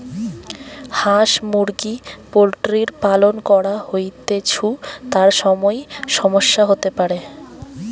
হাঁস মুরগি পোল্ট্রির পালন করা হৈতেছু, তার সময় সমস্যা হতে পারে